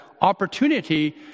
opportunity